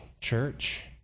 church